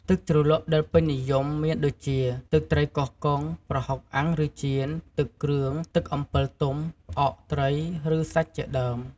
ទឹកជ្រលក់ដែលពេញនិយមមានដូចជា ទឹកត្រីកោះកុង ប្រហុកអាំងឬចៀន ទឹកគ្រឿង ទឹកអំពិលទុំ ផ្អកត្រីឬសាច់ជាដើម។